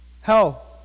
Hell